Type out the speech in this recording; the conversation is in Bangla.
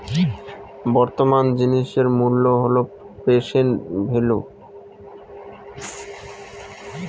বর্তমান জিনিসের মূল্য হল প্রেসেন্ট ভেল্যু